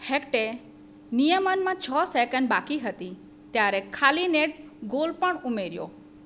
હેક્ટે નિયમનમાં છ સેકન્ડ બાકી હતી ત્યારે ખાલી નેટ ગોલ પણ ઉમેર્યો